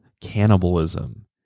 cannibalism